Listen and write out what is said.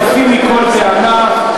חפים מכל טענה,